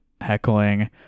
heckling